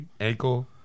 ankle